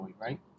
right